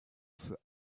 für